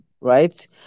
right